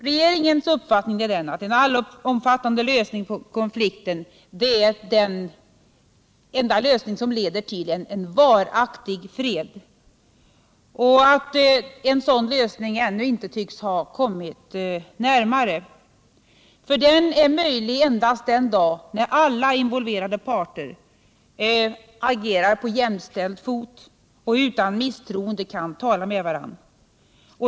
Regeringens uppfattning är att en allomfattande lösning på konflikten är den enda lösning som leder till en varaktig fred och att en sådan lösning ännu inte tycks ha kommit närmare. Den är möjlig endast den dag när alla involverade parter agerar på jämställd fot och utan misstroende kan tala med varandra.